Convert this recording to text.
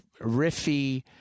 riffy